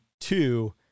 two